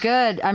Good